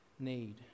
Need